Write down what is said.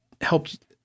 helped